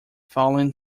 fallen